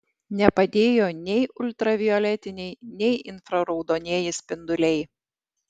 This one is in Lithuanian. nepadėjo nei ultravioletiniai nei infraraudonieji spinduliai